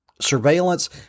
surveillance